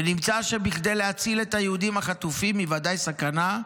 ונמצא שבכדי להציל את היהודים החטופים מוודאי סכנה,